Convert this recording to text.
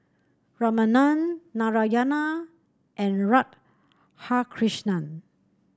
Ramanand Narayana and Radhakrishnan